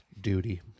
duty